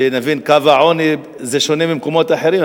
שנבין, קו העוני שונה מבמקומות אחרים.